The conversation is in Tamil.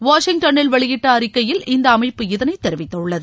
வாஷிங்டனில் வெளியிட்ட அறிக்கையில் இந்த அமைப்பு இதனை தெரிவித்துள்ளது